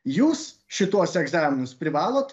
jūs šituos egzaminus privalot